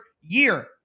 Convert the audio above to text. year